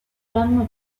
tam